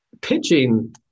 pitching